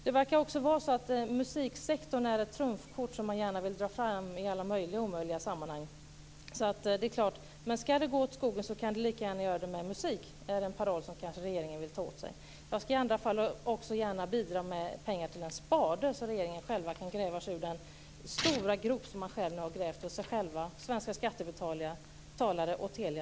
Det verkar också som om musiksektorn är ett trumfkort som man gärna vill dra fram i alla möjliga och omöjliga sammanhang. Ska det gå åt skogen kan det lika gärna göra det med musik - kanske är det en paroll som regeringen vill ta åt sig. Jag ska också gärna bidra med pengar till en spade så att regeringen kan gräva sig ur den stora grop man grävt åt sig själv, svenska skattebetalare och Telia